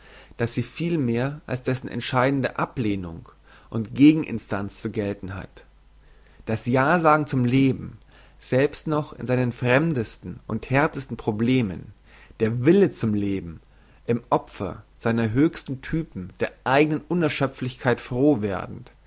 dass sie vielmehr als dessen entscheidende ablehnung und gegen instanz zu gelten hat das ja sagen zum leben selbst noch in seinen fremdesten und härtesten problemen der wille zum leben im opfer seiner höchsten typen der eignen unerschöpflichkeit frohwerdend